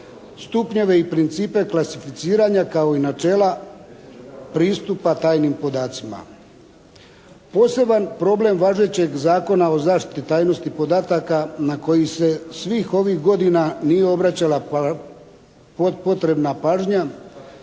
stupnjeve i principe klasificiranja kao i načela pristupa tajnim podacima. Poseban problem važećeg Zakona o zaštiti tajnosti podataka na koji se svih ovih godina nije obraćala potrebna pažnja,